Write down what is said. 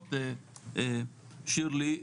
החברות שירלי,